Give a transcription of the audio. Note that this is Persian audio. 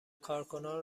کارکنان